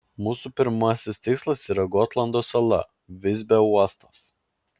mūsų pirmasis tikslas yra gotlando sala visbio uostas